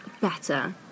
better